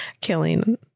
killing